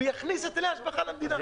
ויכניס היטלי השבחה למדינה.